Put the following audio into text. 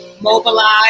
mobilize